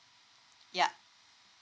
yup